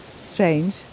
strange